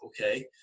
okay